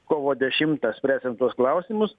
kovo dešimtą spręsim tuos klausimus